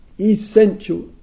essential